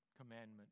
commandment